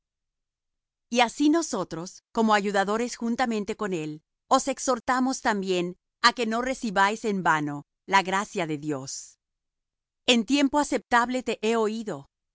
y asi nosotros como ayudadores juntamente con él os exhortamos también á que no recibáis en vano la gracia de dios en tiempo aceptable te he oído